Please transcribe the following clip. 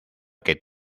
que